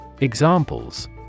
Examples